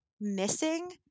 missing